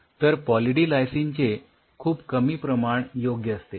तर poly D लायसिनचे खूप कमी प्रमाण योग्य असते